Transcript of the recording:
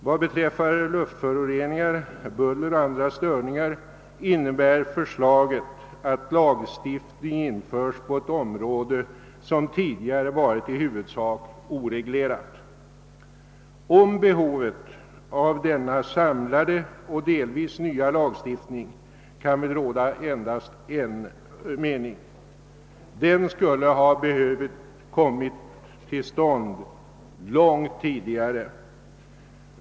Vad beträffar luftföroreningar, buller och andra störningar innebär förslaget, att lagstiftning införs på ett område som tidigare varit i huvudsak oreglerat. Om behovet av denna samlade och delvis nya lagstiftning kan det väl bara råda en mening. Den skulle ha behövt komma till stånd långt tidigare.